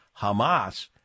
Hamas